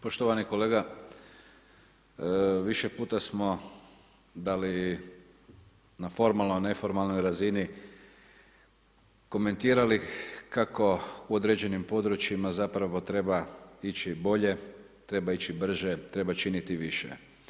Poštovani kolega više puta smo da li na formalnoj ili neformalnoj razini komentirali kako u određenim područjima zapravo treba ići bolje, treba ići brže, treba činiti više.